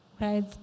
Right